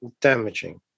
damaging